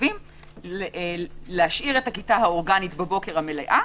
ערבובים להשאיר את הכיתה האורגנית בבוקר המלאה,